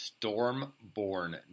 Stormborn